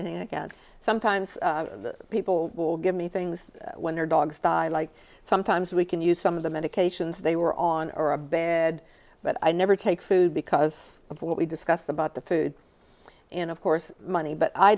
anything again sometimes people will give me things when their dogs die like sometimes we can use some of the medications they were on or a bed but i never take food because of what we discussed about the food and of course money but i